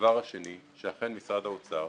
הדבר השני הוא שאכן משרד האוצר,